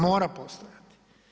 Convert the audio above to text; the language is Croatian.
Mora postojati.